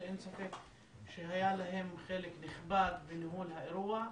שאין ספק שהיה להם חלק נכבד בניהול האירוע.